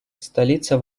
столица